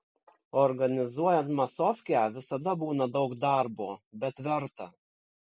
organizuojant masofkę visada būna daug darbo bet verta